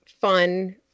fun